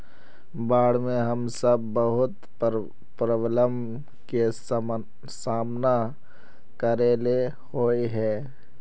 बाढ में हम सब बहुत प्रॉब्लम के सामना करे ले होय है?